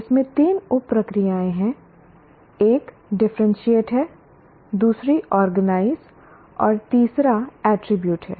इसमें तीन उप प्रक्रियाएं हैं एक डिफरेंटशिएट है दूसरी ऑर्गेनाइज ' और तीसरा 'अटरीब्यूट है